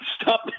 stop